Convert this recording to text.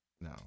No